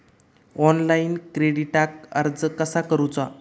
Online क्रेडिटाक अर्ज कसा करुचा?